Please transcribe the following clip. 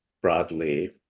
broadly